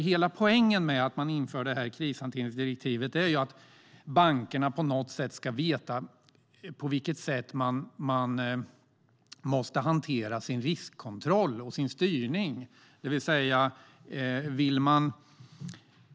Hela poängen med att införa krishanteringsdirektivet är att bankerna ska veta på vilket sätt de måste hantera sin riskkontroll och sin styrning.